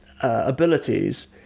abilities